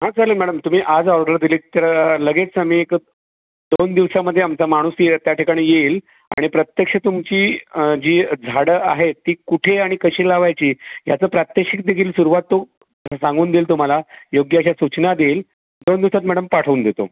हां चालेल मॅडम तुम्ही आज ऑर्डर दिलीत तर लगेच आम्ही एक दोन दिवसामध्ये आमचा माणूस य त्याठिकाणी येईल आणि प्रत्यक्ष तुमची जी झाडं आहेत ती कुठे आणि कशी लावायची याचं प्रात्यक्षिकदेखील सुरुवात तो सांगून देईल तुम्हाला योग्य अशा सूचना देईल दोन दिवसात मॅडम पाठवून देतो